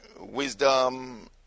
wisdom